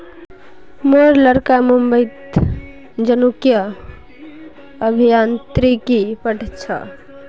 मोर लड़का मुंबईत जनुकीय अभियांत्रिकी पढ़ छ